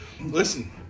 listen